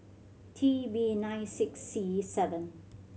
T B nine six C seven